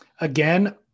Again